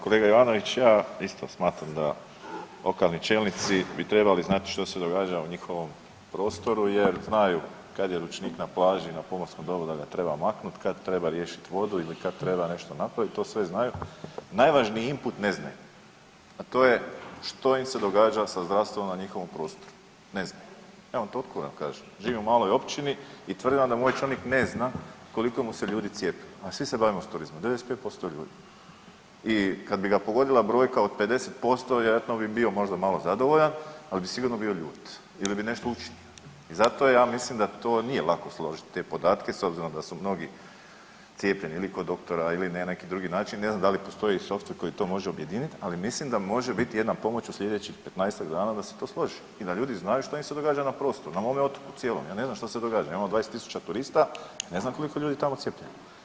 Kolega Ivanović, ja isto smatram da lokani čelnici bi trebali znati što se događa u njihovom prostoru jer znaju kad je ručnik na plaži, na pomorskom dobru, da ga treba maknuti, kad riješit vodu ili kad treba nešto napravit, to sve znaju, najvažniji input ne znaju, a to je što im se događa sa zdravstvom u njihovom prostoru, ne znaju. … vam kažem, živim u maloj općini i tvrdim vam da moj čelnik ne zna koliko mu se ljudi cijepilo a svi se bavimo s turizmom, 95% ljudi i kad bi ga pogodila brojka od 50%, on bi bio možda malo zadovoljan ali bi sigurno bio ljut ili nešto … I zato ja mislim da to nije lako složiti, te podatke s obzirom da su mnogi cijepljeni ili kod doktora ili na neki drugi način ,ne znam da li postoji softver koji to može objediniti ali mislim da može biti jedna pomoć u slijedećih 15-ak dana da se to složi i da ljudi znaju što im se događa na prostoru, na mome otoku, cijelom, ja ne znam što se događa, imamo 20 000 turista, ne znam koliko je ljudi tamo cijepljeno.